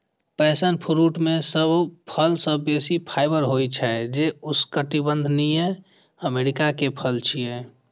passion fruit मे सब फल सं बेसी फाइबर होइ छै, जे उष्णकटिबंधीय अमेरिका के फल छियै